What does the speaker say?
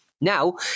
now